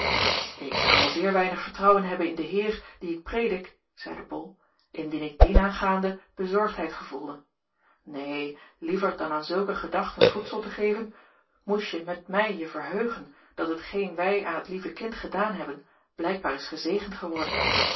ik zou al zeer weinig vertrouwen hebben in den heer dien ik predik zeide bol indien ik dienaangaande bezorgdheid gevoelde neen liever dan aan zulke gedachten voedsel te geven moest je met mij je verheugen dat hetgeen wij aan het lieve kind gedaan hebben blijkbaar is gezegend geworden